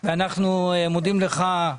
ואנחנו מודים לך.